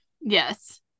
Yes